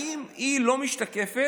האם היא לא משתקפת